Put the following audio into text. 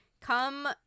come